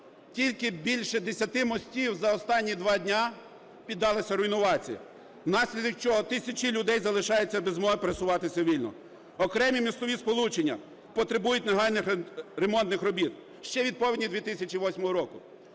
Тільки більше десяти мостів за останні два дня піддалися руйнації, внаслідок чого тисячі людей залишаються без змоги пересуватися вільно. Окремі мостові сполучення потребують негайних ремонтних робіт ще від повені 2008 року.